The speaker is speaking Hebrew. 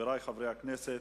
חברי חברי הכנסת,